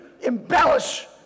embellish